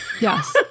yes